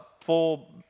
full